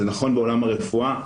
זה נכון בעולם הרפואה,